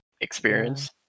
experience